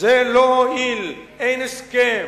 זה לא הועיל, אין הסכם.